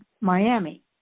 Miami